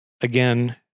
again